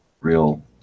real